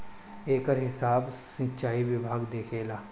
एकर हिसाब सिंचाई विभाग देखेला